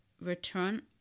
return